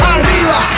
Arriba